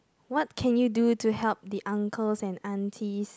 what can you do to help the uncles and aunties